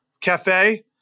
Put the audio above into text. cafe